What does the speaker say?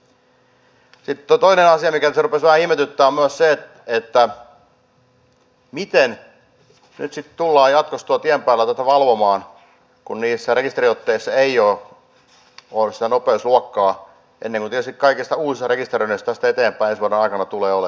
sitten toinen asia mikä tässä rupesi vähän ihmetyttämään on myös se miten nyt sitten tullaan jatkossa tuolla tien päällä tätä valvomaan kun niissä rekisteriotteissa ei ole sitä nopeusluokkaa ennen kuin tietysti kaikista uusista rekisteröinneistä tästä eteenpäin ensi vuoden aikana tulee olemaan